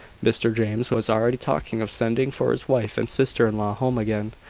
mr james was already talking of sending for his wife and sister-in-law home again,